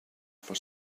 for